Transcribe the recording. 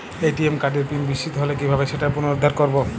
ATM কার্ডের PIN বিস্মৃত হলে কীভাবে সেটা পুনরূদ্ধার করব?